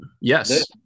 yes